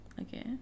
okay